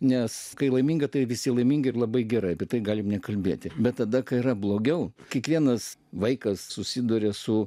nes kai laiminga tai visi laimingi ir labai gerai apie tai galime nekalbėti bet tada kai yra blogiau kiekvienas vaikas susiduria su